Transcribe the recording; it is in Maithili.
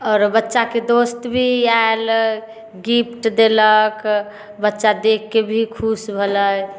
आओर बच्चाके दोस्त भी आयल गिफ्ट देलक बच्चा देखके भी खुश भलै